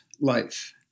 life